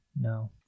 No